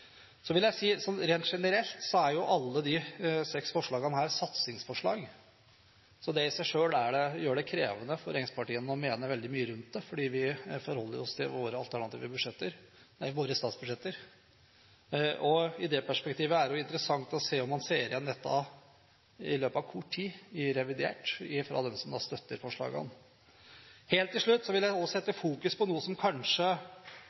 Så vil jeg si, rent generelt, at alle de seks forslagene er satsingsforslag. Det i seg selv gjør det krevende for regjeringspartiene å mene veldig mye rundt det, fordi vi forholder oss til våre statsbudsjetter. I det perspektivet er det interessant å se om man ser igjen dette i løpet av kort tid, i revidert nasjonalbudsjett, fra dem som da støtter forslagene. Helt til slutt vil jeg også sette fokus på noe som kanskje